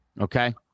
okay